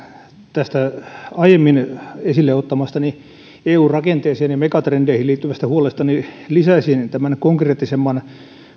tästä aiemmin esille ottamastani eun rakenteeseen ja megatrendeihin liittyvästä huolesta lisäisin tämän konkreettisemman